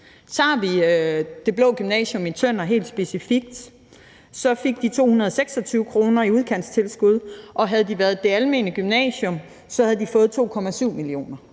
Tager vi Det Blå Gymnasium i Tønder helt specifikt, fik de 226 kr. i udkantstilskud. Havde de været det almene gymnasium, havde de fået 2,7 mio. kr.